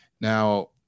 Now